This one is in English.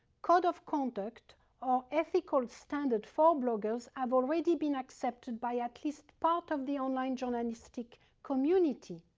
code of conduct or ethical standard for bloggers have already been accepted by at least part of the online journalistic community.